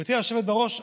גברתי היושבת-ראש,